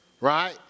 Right